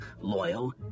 loyal